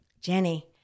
Jenny